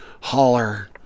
holler